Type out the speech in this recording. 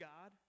God